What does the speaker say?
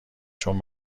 چون